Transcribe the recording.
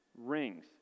rings